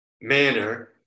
manner